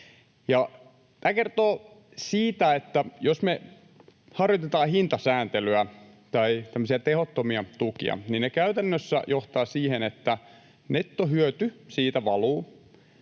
Tämä kertoo siitä, että jos me harjoitetaan hintasääntelyä tai tämmöisiä tehottomia tukia, niin se käytännössä johtaa siihen, että nettohyöty siitä valuu